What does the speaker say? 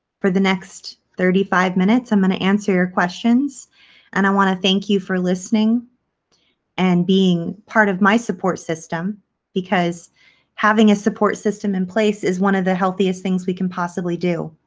for the next thirty five minutes, i'm going to answer questions and i want to thank you for listening and being part of my support system because having a support system in place is one of the healthiest things we can possibly do.